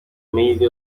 amahirwe